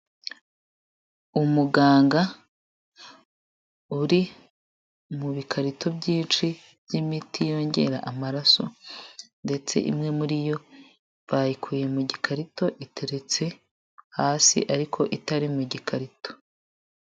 Umuganga uri mu bikarito byinshi by'imiti yongera amaraso, ndetse imwe muri yo bayikuye mu gikarito iteretse hasi ariko itari mu gikarito.